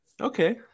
Okay